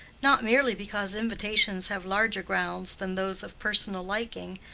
not merely because invitations have larger grounds than those of personal liking,